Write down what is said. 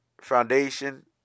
foundation